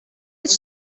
each